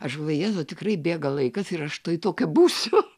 aš va jėzau tikrai bėga laikas ir aš tuoj tokia būsiu